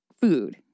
food